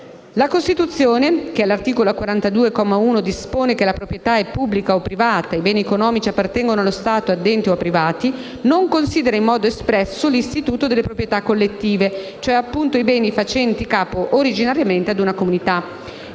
La Costituzione, che all'articolo 42, comma 1, dispone che «la proprietà è pubblica o privata. I beni economici appartengono allo Stato, ad enti o a privati», non considera in modo espresso l'istituto delle proprietà collettive, per l'appunto i beni facenti capo originariamente ad una comunità.